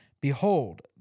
Behold